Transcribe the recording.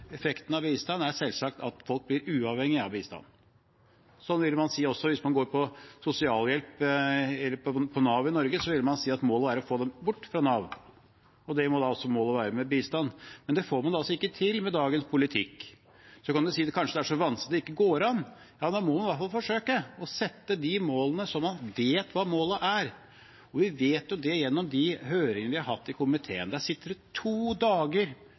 effekten av bistand på, er selvsagt at folk blir uavhengige av bistand. Det ville man si også om man går på sosialhjelp på Nav i Norge. Da ville man si at målet er å få dem bort fra Nav. Slik må det også være for målet med bistand, men det får man altså ikke til med dagens politikk. Så kan man si at kanskje det er så vanskelig at det ikke går an. Ja, da må man i hvert fall forsøke å sette mål, så man vet hva målet er. Og vi vet jo det gjennom de høringene vi har hatt i komiteen. Der har vi sittet i to dager